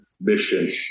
mission